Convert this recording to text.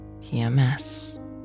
PMS